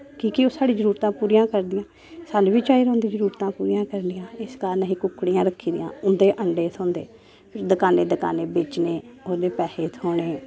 की के ओह् साढ़ी जरूरतां पूरियां करदियां स्हानू बी चाही दा उं'दियां जरूरता पूरियां करनियां इस कारन असें कुक्कड़ियां रक्खी दियां उंदे अण्डे थ्होंदे दकाने दकाने बेचने ओह्दे पैसे थ्होने